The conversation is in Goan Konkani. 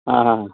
आं हां